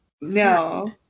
No